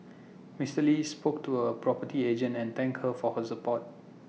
Mister lee spoke to A property agent and thank her for her support